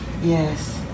Yes